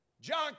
John